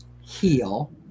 heal